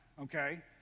Okay